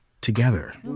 together